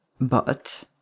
But